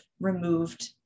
removed